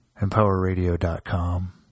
EmpowerRadio.com